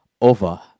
Over